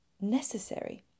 necessary